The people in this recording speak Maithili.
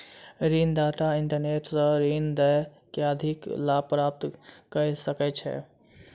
ऋण दाता इंटरनेट सॅ ऋण दय के अधिक लाभ प्राप्त कय सकै छै